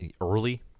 early